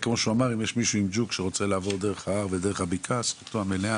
אם יש מישהו עם ג'וק שרוצה לעבור דרך ההר ודרך הבקעה זכותו המלאה,